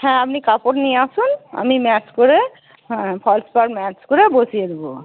হ্যাঁ আপনি কাপড় নিয়ে আসুন আমি ম্যাচ করে ফলস পাড় ম্যাচ করে বসিয়ে দেব